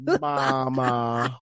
mama